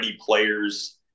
players